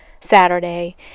Saturday